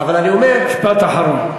אבל אני אומר, משפט אחרון.